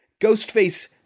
Ghostface